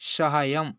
सहाय्यम्